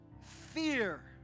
Fear